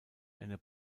eine